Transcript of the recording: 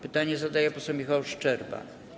Pytanie zadaje poseł Michał Szczerba.